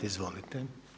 Izvolite.